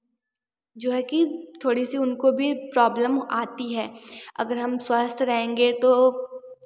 जो है की थोड़ी सी उनको भी प्रॉब्लम आती है अगर हम स्वस्थ रहेंगे तो